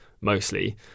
mostly